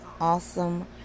awesome